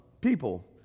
people